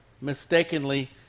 mistakenly